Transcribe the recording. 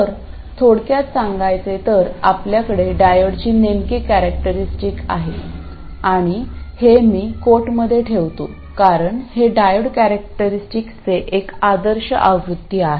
तर थोडक्यात सांगायचे तर आपल्याकडे डायोडची नेमकी कॅरेक्टरिस्टिक आहे आणि हे मी कोट मध्ये ठेवतो कारण हे डायोड कॅरेक्टरिस्टिकचे एक आदर्श आवृत्ती आहे